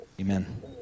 Amen